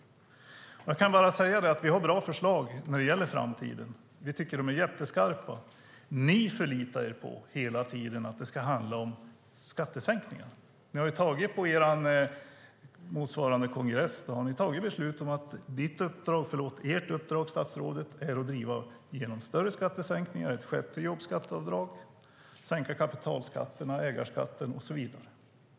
Jag kan bara säga att vi har bra förslag när det gäller framtiden. Vi tycker att de är jätteskarpa. Ni förlitar er hela tiden på att det ska handla om skattesänkningar. På er motsvarande kongress har ni tagit beslut om att statsrådets uppdrag är att driva igenom större skattesänkningar och ett sjätte jobbskatteavdrag samt sänka kapitalskatterna, ägarskatten och så vidare.